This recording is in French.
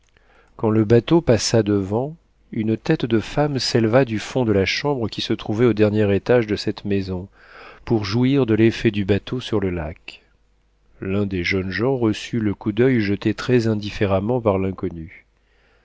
quand le bateau passa devant une tête de femme s'éleva du fond de la chambre qui se trouvait au dernier étage de cette maison pour jouir de l'effet du bateau sur le lac l'un des jeunes gens reçut le coup d'oeil jeté très indifféremment par l'inconnue